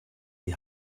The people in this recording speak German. die